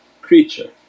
creature